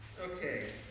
Okay